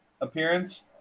appearance